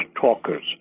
talkers